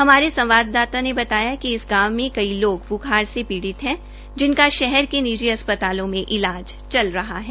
हमारे संवाददाता ने बताया कि इस गांव से कई लोग पीडिय़ है जिनका शहर मे निजी अस्पतालों में इलाज चल रहा है